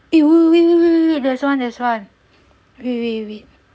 eh oh wait wait wait wait there's one there's one wait wait wait wait wait